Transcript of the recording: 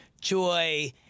joy